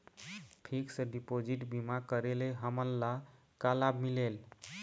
Fix deposit बीमा करे ले हमनला का लाभ मिलेल?